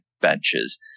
benches